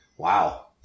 Wow